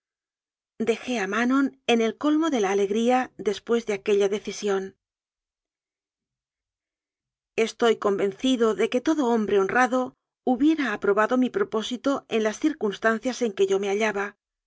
dejé a manon en el colmo de la ale gría después de aquella decisión estoy convencido de que todo hombre honrado hubiera aprobado mi propósito en las circunstan cias en que yo me hallaba